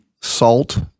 salt